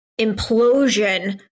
implosion